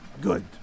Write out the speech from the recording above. Good